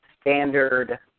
standard